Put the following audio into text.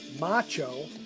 macho